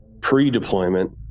pre-deployment